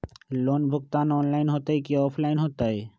Loan भुगतान online होतई कि ऑफलाइन होतई?